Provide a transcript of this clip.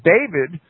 David